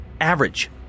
average